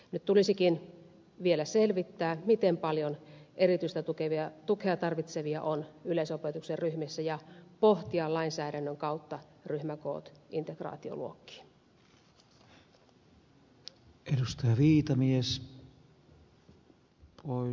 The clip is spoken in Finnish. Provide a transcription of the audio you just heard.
nyt tulisikin vielä selvittää miten paljon erityistä tukea tarvitsevia on yleisopetuksen ryhmissä ja pohtia lainsäädännön kautta ryhmäkoot integraatioluokkiin